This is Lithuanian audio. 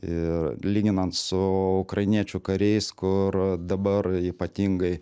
ir lyginant su ukrainiečių kariais kur dabar ypatingai